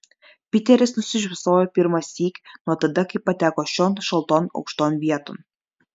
piteris nusišypsojo pirmąsyk nuo tada kai pateko šion šalton aukšton vieton